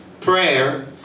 prayer